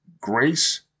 Grace